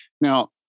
Now